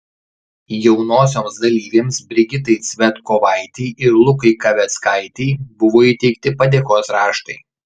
jaunosioms dalyvėms brigitai cvetkovaitei ir lukai kaveckaitei buvo įteikti padėkos raštai